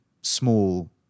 small